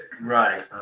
Right